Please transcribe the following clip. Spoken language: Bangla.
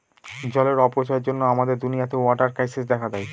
জলের অপচয়ের জন্য আমাদের দুনিয়াতে ওয়াটার ক্রাইসিস দেখা দেয়